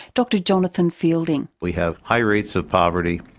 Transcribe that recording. dr jonathan fielding. we have high rates of poverty,